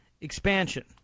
expansion